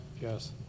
Yes